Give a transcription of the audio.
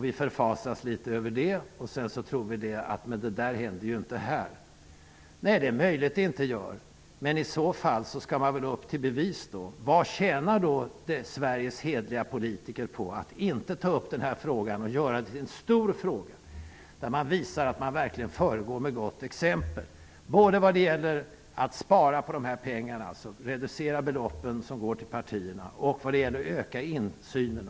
Vi förfasar oss över dem och tror inte att sådant händer här. Det är möjligt att det inte gör det, men i så fall skall man väl upp till bevis. Vad tjänar Sveriges hederliga politiker på att inte ta upp den här frågan och göra den till en stor fråga? De borde visa att de verkligen föregår med gott exempel när det gäller att spara på pengarna, reducera beloppen som går till partierna och öka insynen.